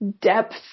depth